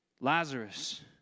Lazarus